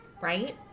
Right